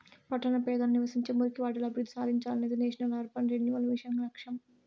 పట్టణ పేదలు నివసించే మురికివాడలు అభివృద్ధి సాధించాలనేదే నేషనల్ అర్బన్ రెన్యువల్ మిషన్ లక్ష్యం